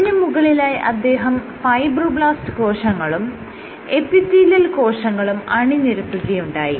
ഇതിന് മുകളിലായി അദ്ദേഹം ഫൈബ്രോബ്ലാസ്റ് കോശങ്ങളും എപ്പിത്തീലിയൽ കോശങ്ങളും അണിനിരത്തുകയുണ്ടായി